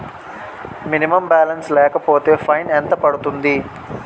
Minimum balance లేకపోతే fine ఎంత పడుతుంది?